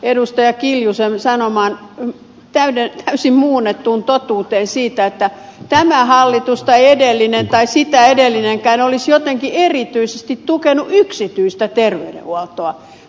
anneli kiljusen sanomaan täysin muunnettuun totuuteen siitä että tämä hallitus tai edellinen tai sitä edellinenkään olisi jotenkin erityisesti tukenut yksityistä terveydenhuoltoa